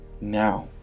now